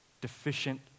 deficient